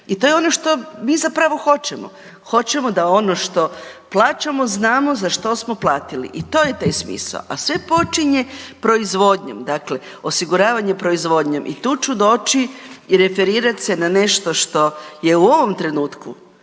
i to je ono što mi zapravo hoćemo. Hoćemo da ono što plaćamo znamo za što smo platili i to je taj smisao, a sve počinje proizvodnjom, dakle osiguravanjem proizvodnjom. I tu ću doći i referirat se na nešto što je u ovom trenutku